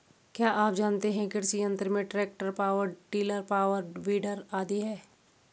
क्या आप जानते है कृषि यंत्र में tractor, power tiller, power weeder आदि है?